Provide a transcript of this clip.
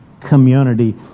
Community